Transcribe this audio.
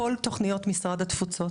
כל תוכניות משרד התפוצות